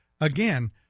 again